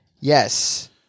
Yes